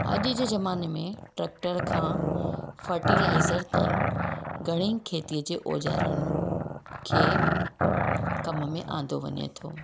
अॼु जे ज़माने में ट्रैक्टर खां फर्टिलाइज़र तंहिं घणे ई खेतीअ जे औजारनि खे कम में आंदो वञे थो